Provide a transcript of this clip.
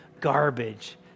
garbage